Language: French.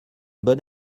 bonne